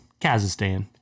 Kazakhstan